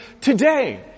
today